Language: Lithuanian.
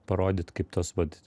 parodyt kaip tos vat